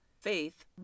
Faith